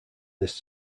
this